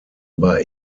über